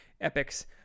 epics